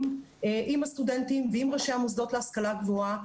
עם הסטודנטים ועם ראשי המוסדות להשכלה גבוהה,